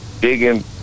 digging